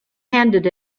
handed